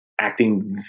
acting